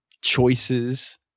choices